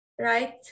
right